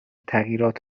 تغییرات